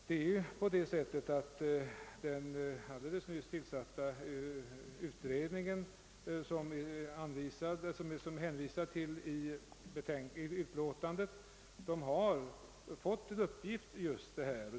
Den nyligen tillsatta utredningen om den samlade sociallagstiftningen som utskottet hänvisat till i utlåtandet har fått till uppgift att utreda just detta.